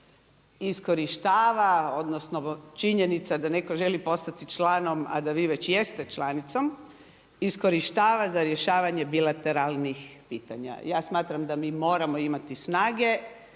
iskorištava odnosno činjenica da netko želi postati članom a da vi već jeste članicom iskorištava za rješavanje bilateralnih pitanja. Ja smatram da mi moramo imati snage,